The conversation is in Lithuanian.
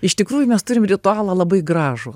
iš tikrųjų mes turim ritualą labai gražų